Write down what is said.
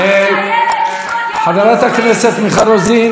אנחנו לא דמוקרטים.